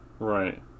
Right